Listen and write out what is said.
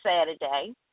Saturday